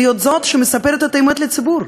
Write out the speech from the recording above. להיות זאת שמספרת את האמת לציבור.